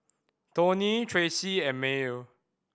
Tony Tracy and Maye